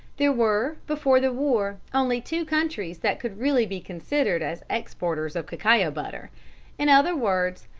there were, before the war, only two countries that could really be considered as exporters of cacao butter in other words,